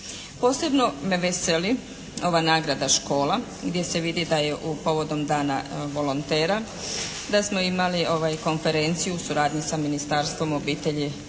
Posebno me veseli ova nagrada škola gdje se vidi da je povodom Dana volontera da smo imali konferenciju u suradnji sa Ministarstvom obitelji, branitelja